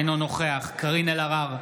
אינו נוכח קארין אלהרר,